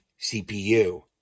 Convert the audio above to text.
CPU